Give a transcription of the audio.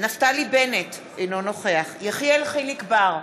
נפתלי בנט, אינו נוכח יחיאל חיליק בר,